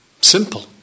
simple